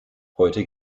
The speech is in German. heute